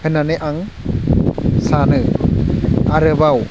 होननानै आं सानो आरोबाव